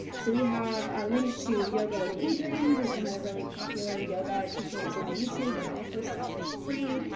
so we have a link to yoga with adriene, who's one of the really popular yoga teachers on youtube, and all of her stuff is free.